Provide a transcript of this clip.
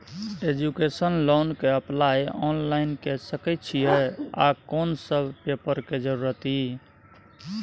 Education loan के apply online के सके छिए आ कोन सब पेपर के जरूरत इ?